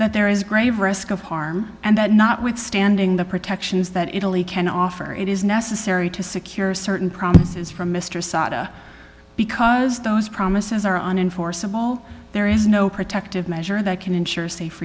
that there is grave risk of harm and that notwithstanding the protections that italy can offer it is necessary to secure certain promises from mr sata because those promises are on enforceable there is no protective measure that can ensure safe